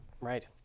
Right